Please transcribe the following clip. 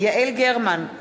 יעל גרמן,